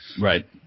Right